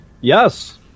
Yes